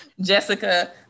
Jessica